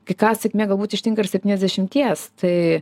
kai ką sėkmė galbūt ištinka ir septyniasdešimties tai